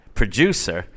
producer